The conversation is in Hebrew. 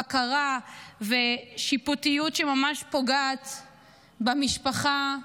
בקרה ושיפוטיות שממש פוגעת במשפחה,